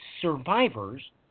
survivors